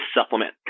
supplement